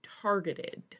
Targeted